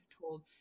told